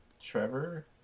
trevor